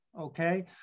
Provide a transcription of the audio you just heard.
okay